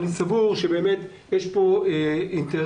אני סבור שיש פה אינטרס